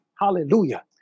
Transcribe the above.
hallelujah